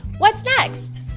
what's next?